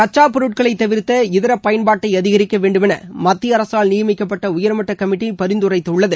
கச்சாப் பொருட்களை தவிா்த்த இதர பயன்பாட்டை அதிகரிக்க வேண்டுமென மத்திய அரசால் நியமிக்கப்பட்ட உயர்மட்ட கமிட்டி பரிந்துரைத்துள்ளது